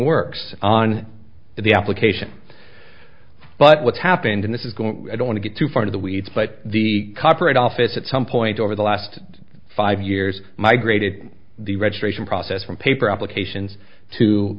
works on the application but what happened in this is going don't get too far in the weeds but the copyright office at some point over the last five years migrated the registration process from paper applications to